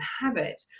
habit